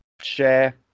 Share